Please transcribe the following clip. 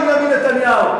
בנימין נתניהו,